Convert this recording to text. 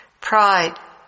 pride